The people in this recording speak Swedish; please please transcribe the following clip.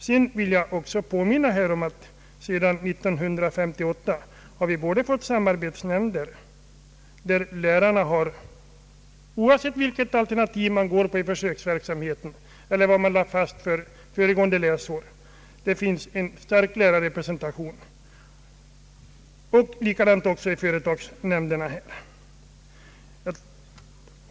Jag vill också påminna om att vi sedan 1958 har fått samarbetsnämnder där det, oavsett vilket alternativ man tilllämpar i försöksverksamheten eller vad man fastslagit för föregående läsår, finns en stark lärarrepresentation. Detsamma gäller företagsnämnderna.